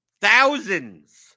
thousands